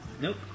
Nope